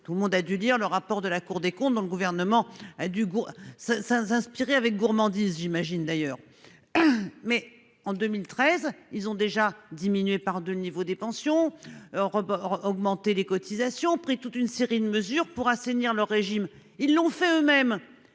Tout le monde a dû dire le rapport de la. Cour des comptes dans le gouvernement a du goût ça inspirer avec gourmandise j'imagine d'ailleurs hein mais en 2013, ils ont déjà diminué par 2. Niveau des pensions. Augmenter les cotisations pris toute une série de mesures pour assainir le régime. Ils l'ont fait eux-mêmes